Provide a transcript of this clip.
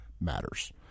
matters